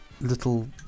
little